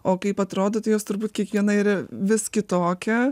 o kaip atrodo tai jos turbūt kiekviena yra vis kitokia